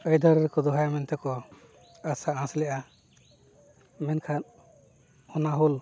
ᱟᱹᱭᱫᱟᱹᱨᱤ ᱨᱮᱠᱚ ᱫᱚᱦᱚᱭᱟ ᱢᱮᱱᱛᱮ ᱠᱚ ᱟᱥᱟ ᱟᱸᱥ ᱞᱮᱜᱼᱟ ᱢᱮᱱᱠᱷᱟᱱ ᱚᱱᱟ ᱦᱩᱞ